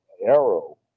arrow